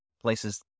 places